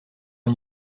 une